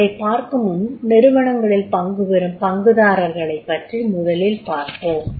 அதைப் பார்க்கும் முன் நிறுவனங்களில் பங்குபெறும் பங்குதாரர்களைப் பற்றி முதலில் பார்ப்போம்